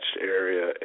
area